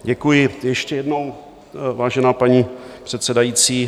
Děkuji ještě jednou, vážená paní předsedající.